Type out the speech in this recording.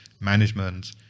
management